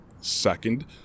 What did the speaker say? Second